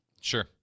Sure